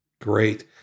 Great